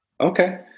okay